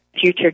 future